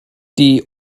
die